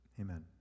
Amen